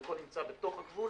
חלקו נמצא בתוך הגבול,